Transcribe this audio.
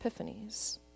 epiphanies